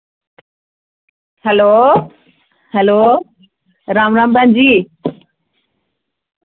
hello hello Ram Ram भैन जी